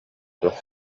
дуо